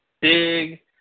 big